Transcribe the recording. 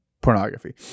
pornography